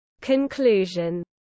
Conclusion